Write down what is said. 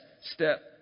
step